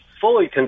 fully